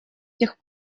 тех